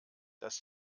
dass